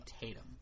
Tatum